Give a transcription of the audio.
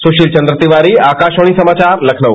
सुसील चन्द्र तिवारी आकाशवाणी समाचार लखनऊ